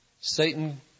Satan